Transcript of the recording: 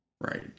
Right